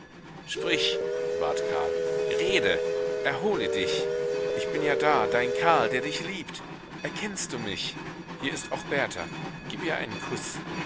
sprich bat karl rede erhole dich ich bin ja da dein karl der dich liebt erkennst du mich hier ist auch berta gib ihr einen kuß